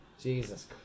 Jesus